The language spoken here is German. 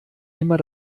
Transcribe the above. immer